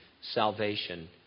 salvation